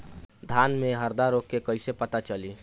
धान में हरदा रोग के कैसे पता चली?